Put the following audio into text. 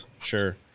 sure